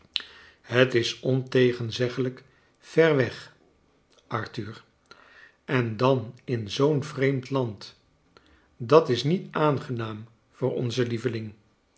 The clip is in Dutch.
het is ontegenzeggelijk ver weg arthur en dan in zoo'n vreemd land dat is niet aangenaam voor onze lieveling